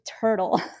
turtle